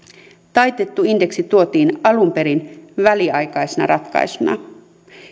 taitettu indeksi tuotiin alun perin väliaikaisena ratkaisuna